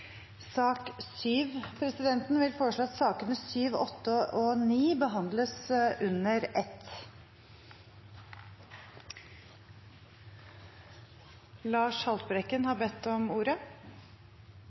sak nr. 6. Presidenten vil foreslå at sakene nr. 7, 8 og 9 behandles under ett. – Det anses vedtatt. Lars Haltbrekken